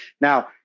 Now